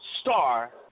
star